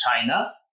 China